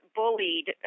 bullied